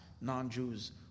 non-Jews